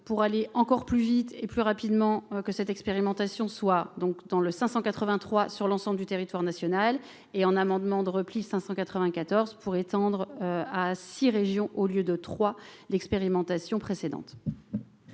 pour aller encore plus vite et plus rapidement que cette expérimentation soit donc dans le 583 sur l'ensemble du territoire national et en amendement de repli 594 pour étendre à 6 régions au lieu de 3 l'expérimentation précédente.